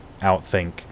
outthink